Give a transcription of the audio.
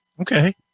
Okay